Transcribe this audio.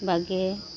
ᱵᱟᱜᱮ